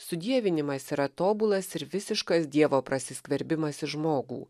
sudievinimas yra tobulas ir visiškas dievo prasiskverbimas į žmogų